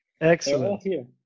Excellent